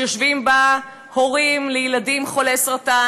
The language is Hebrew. שיושבים הורים לילדים חולי סרטן,